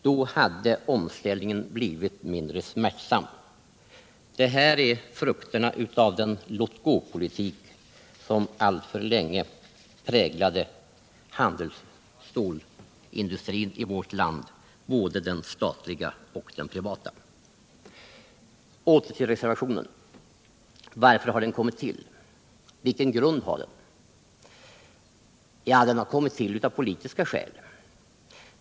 Då hade omställningen blivit mindre smärtsam. Det här är frukterna av den låtgåpolitik som alltför länge präglade handelsstålsindustrin i vårt land, både den statliga och den privata. Åter till reservationen! Varför har den kommit till? Vilken grund har den? Den har kommit till av politiska skäl.